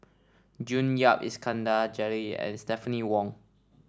June Yap Iskandar Jalil and Stephanie Wong